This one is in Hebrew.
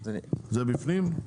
זה בפנים,